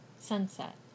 Sunset